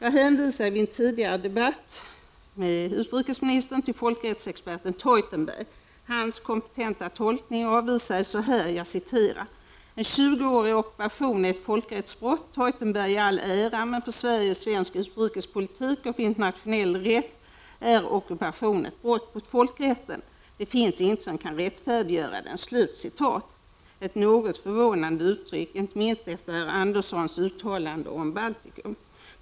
I en tidigare debatt med utrikesministern hänvisade jag till folkrättsexperten Theutenberg. Hans kompetenta tolkning avvisades så här: ”En 20-årig ockupation är ett folkrättsbrott! Theutenberg i all ära men för Sverige och svensk utrikespolitik och för internationell rätt är ockupationen ett brott mot folkrätten. Det finns inget som kan rättfärdiggöra den.” Ett något förvånande uttryck, inte minst efter herr Anderssons uttalanden om Baltikum.